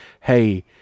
Hey